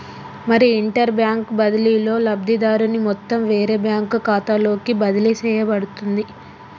మరి inter bank బదిలీలో లబ్ధిదారుని మొత్తం వేరే బ్యాంకు ఖాతాలోకి బదిలీ చేయబడుతుంది